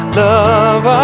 love